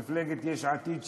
מפלגת יש עתיד,